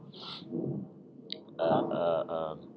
um uh uh